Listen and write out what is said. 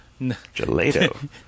gelato